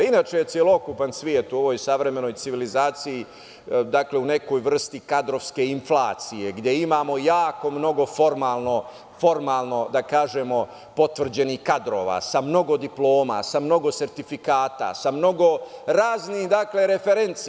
Inače je celokupan svet u ovoj savremenoj civilizaciji u nekoj vrsti kadrovske inflacije, gde imamo jako mnogo formalno potvrđenih kadrova, sa mnogo diploma, sa mnogo sertifikata, sa mnogo raznih referenci.